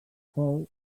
fou